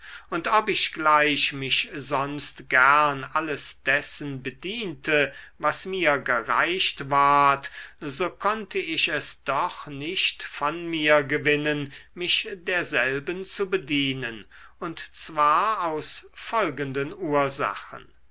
und ob ich gleich mich sonst gern alles dessen bediente was mir gereicht ward so konnte ich es doch nicht von mir gewinnen mich derselben zu bedienen und zwar aus folgenden ursachen